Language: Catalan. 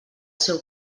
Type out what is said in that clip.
seu